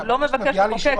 הוא לא מבקש לחוקק.